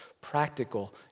practical